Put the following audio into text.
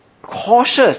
Cautious